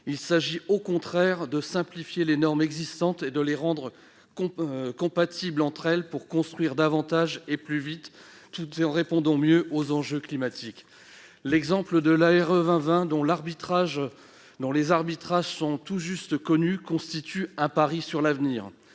Il s'agit, au contraire, de simplifier celles qui existent et de les rendre compatibles entre elles pour construire davantage et plus vite, tout en répondant mieux aux enjeux climatiques. Par exemple, la RE2020, dont les arbitrages viennent tout juste d'être rendus publics, constitue un pari sur l'avenir.